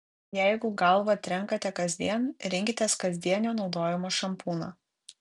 jeigu galvą trenkate kasdien rinkitės kasdienio naudojimo šampūną